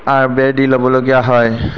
আঁৰ বেৰ দি ল'বলগীয়া হয়